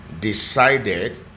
decided